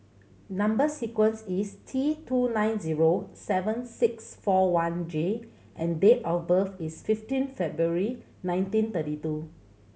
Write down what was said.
number sequence is T two nine zero seven six four one J and date of birth is fifteen February nineteen thirty two